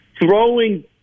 throwing